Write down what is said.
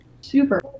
super